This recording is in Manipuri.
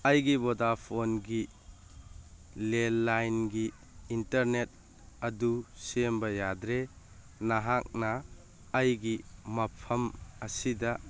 ꯑꯩꯒꯤ ꯚꯣꯗꯥꯐꯣꯟꯗꯤ ꯂꯦꯟꯂꯥꯏꯟꯒꯤ ꯏꯟꯇꯔꯅꯦꯠ ꯑꯗꯨ ꯁꯦꯝꯕ ꯌꯥꯗ꯭ꯔꯦ ꯅꯍꯥꯛꯅ ꯑꯩꯒꯤ ꯃꯐꯝ ꯑꯁꯤꯗ